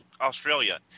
Australia